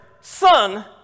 Son